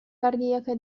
cardiache